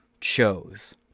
chose